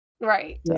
right